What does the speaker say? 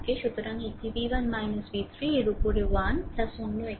সুতরাং এটি v 1 v 3 এর উপরে 1 অন্য একটি কারেন্ট চলছে